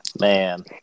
Man